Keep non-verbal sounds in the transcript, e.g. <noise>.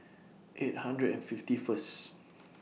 eight hundred and fifty First <noise>